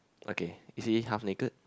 okay is he half naked